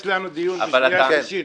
יש לנו דיון בשנייה ושלישית,